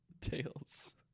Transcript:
Tails